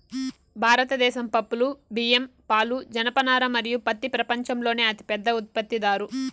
భారతదేశం పప్పులు, బియ్యం, పాలు, జనపనార మరియు పత్తి ప్రపంచంలోనే అతిపెద్ద ఉత్పత్తిదారు